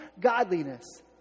godliness